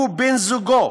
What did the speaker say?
הוא בן-זוגו,